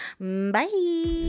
Bye